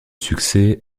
succès